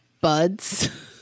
buds